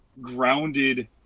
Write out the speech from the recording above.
grounded